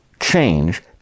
change